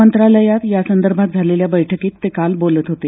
मंत्रालयात यासंदर्भात झालेल्या बैठकीत ते काल बोलत होते